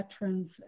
veterans